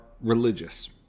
religious